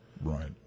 Right